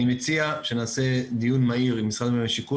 אני מציע שנעשה דיון מהיר עם משרד השיכון